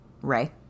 ray